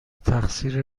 تقصیر